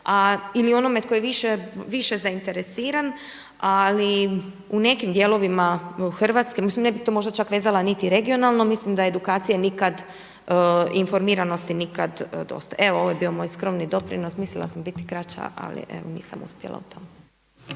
ili onome tko je više zainteresiran. Ali u nekim dijelovima Hrvatske, mislim ne bi to možda čak vezala niti regionalno. Mislim da edukacije i informiranosti nikad dosta. Evo ovo je bio moj skromni doprinos. Mislila sam biti kraća, ali evo nisam uspjela u tome.